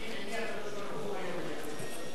מתווכחים עם מי הקדוש-ברוך-הוא,